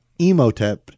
Emotep